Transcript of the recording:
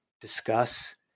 discuss